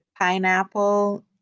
pineapple